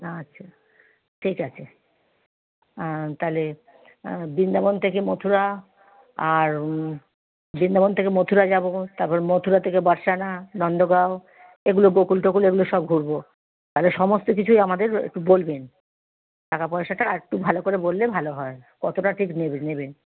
আচ্ছা ঠিক আছে তাহলে বৃন্দাবন থেকে মথুরা আর বৃন্দাবন থেকে মথুরা যাব তার পরে মথুরা থেকে বারসানা নন্দগাঁও এগুলো গোকুল টোকুল এগুলো সব ঘুরব সমস্ত কিছুই আমাদের একটু বলবেন টাকা পয়সাটা আরেকটু ভালো করে বললে ভালো হয় কতটা ঠিক নেবে নেবেন